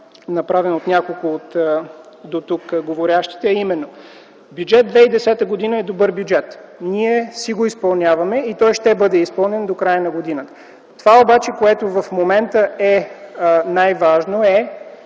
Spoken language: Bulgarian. направен от няколко от дотук говорещите, а именно – Бюджет 2010 г. е добър бюджет. Ние си го изпълняваме и той ще бъде изпълнен до края на годината. Това обаче, което в момента е най-важно, е